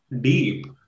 deep